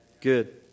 Good